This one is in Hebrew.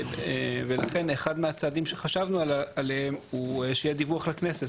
אחד מהצעדים שחשבנו עליהם הוא שיהיה דיווח לכנסת.